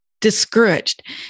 Discouraged